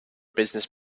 business